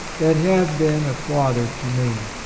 that have been a father to me,